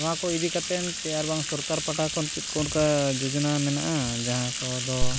ᱱᱚᱣᱟ ᱠᱚ ᱤᱫᱤ ᱠᱟᱛᱮᱫ ᱥᱮ ᱟᱨᱵᱟᱝ ᱥᱚᱨᱠᱟᱨ ᱯᱟᱦᱴᱟ ᱠᱷᱚᱱ ᱪᱮᱫ ᱠᱚ ᱚᱱᱠᱟ ᱡᱳᱡᱚᱱᱟ ᱢᱮᱢᱱᱟᱜᱼᱟ ᱡᱟᱦᱟᱸ ᱠᱚᱫᱚ